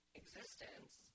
existence